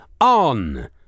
on